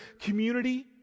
community